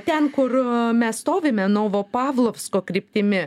ten kur mes stovime novopavlovsko kryptimi